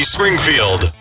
Springfield